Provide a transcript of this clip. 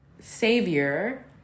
savior